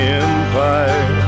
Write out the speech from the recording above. empire